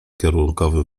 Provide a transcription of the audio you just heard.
kierunkowym